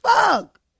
fuck